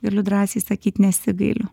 galiu drąsiai sakyt nesigailiu